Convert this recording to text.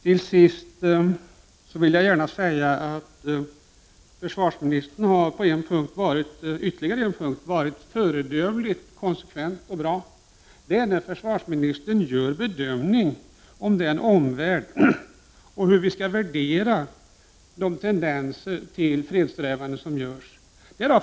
Till sist vill jag gärna säga att försvarsministern har på ytterligare en punkt varit föredömligt konsekvent och bra. Det är när han gör bedömningen av omvärlden och hur vi skall värdera de tendenser till fredssträvanden som finns.